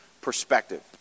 perspective